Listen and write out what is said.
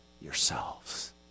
yourselves